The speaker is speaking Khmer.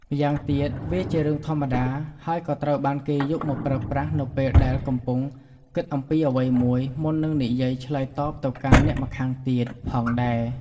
ម្យ៉ាងទៀត វាជារឿងធម្មតា ហើយក៏ត្រូវបានគេយកមកប្រើប្រាស់នៅពេលដែលកំពុងគិតអំពីអ្វីមួយមុននឹងនិយាយឆ្លើយតបទៅកាន់អ្នកម្ខាងទៀតផងដែរ។